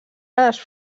les